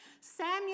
Samuel